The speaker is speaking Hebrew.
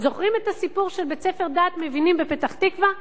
זוכרים את הסיפור של בית-ספר "דעת מבינים" בפתח-תקווה?